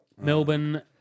Melbourne